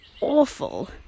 awful